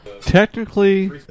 Technically